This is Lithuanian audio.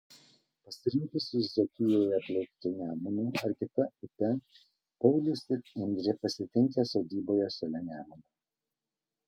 pasirinkusius dzūkijoje plaukti nemunu ar kita upe paulius ir indrė pasitinka sodyboje šalia nemuno